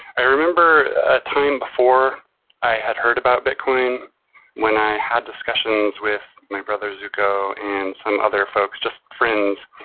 i remember a time before i had heard about bitcoin when i had discussions with my brother, zooko, and some other folks, just friends,